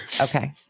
okay